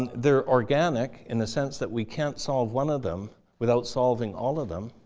and they're organic in the sense that we can't solve one of them without solving all of them.